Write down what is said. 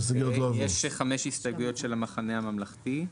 יש חמש הסתייגויות של המחנה הממלכתי.